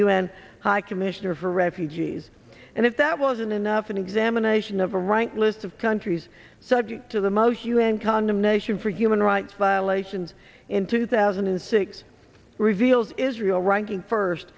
n high commissioner for refugees and if that wasn't enough an examination of the right list of countries subject to the most un condemnation for human rights violations in two thousand and six reveals israel ranking first